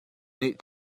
nih